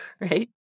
right